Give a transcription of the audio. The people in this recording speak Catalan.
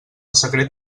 secret